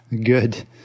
Good